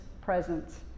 presence